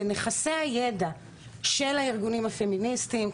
בנכסי הידע של הארגונים הפמיניסטיים,